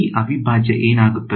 ಈ ಅವಿಭಾಜ್ಯ ಏನಾಗುತ್ತದೆ